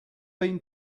been